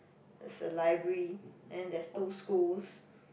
there's a library and then there's two schools